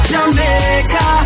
Jamaica